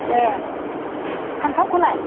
ए फानथावखौलाय